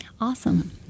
Awesome